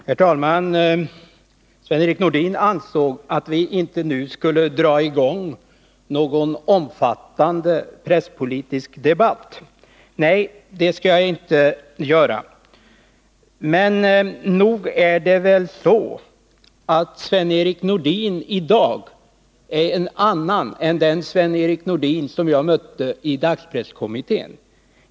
Herr talman! Sven-Erik Nordin ansåg att vi inte nu skulle dra i gång någon omfattande presspolitisk debatt. Jag skall inte göra det, men nog är det väl så att Sven-Erik Nordin i dag är en annan än den Sven-Erik Nordin som jag mötte i dagspresskommittén.